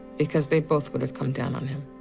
because they both would have come down on him.